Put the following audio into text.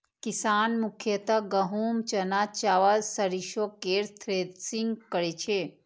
किसान मुख्यतः गहूम, चना, चावल, सरिसो केर थ्रेसिंग करै छै